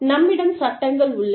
நம்மிடம் சட்டங்கள் உள்ளன